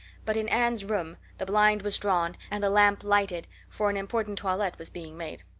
but in anne's room the blind was drawn and the lamp lighted, for an important toilet was being made.